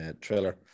trailer